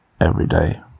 everyday